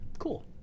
cool